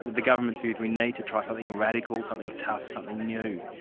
but the government's view is we need to try something radical, something tough, something new,